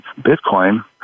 Bitcoin